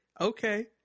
Okay